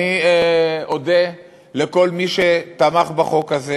אני אודה לכל מי שתמך בחוק הזה,